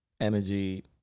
energy